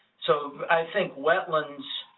so i think wetlands,